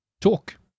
talk